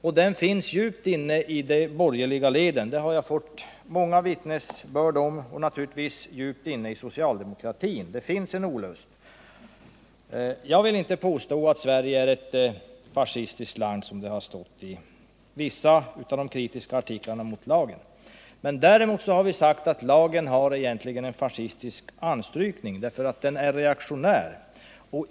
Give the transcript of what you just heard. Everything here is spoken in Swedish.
Opinionen finns också bland de borgerliga, det har jag fått många vittnesmål om, och naturligtvis djupt inne i socialdemokratin. Jag vill inte påstå att Sverige är ett fascistiskt land, som det har stått i vissa av de kritiska artiklarna mot lagen. Däremot har vi sagt att lagen egentligen har en fascistisk anstrykning och är reaktionär.